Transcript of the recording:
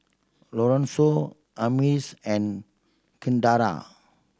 Lorenzo Amaris and Kindra